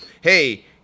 Hey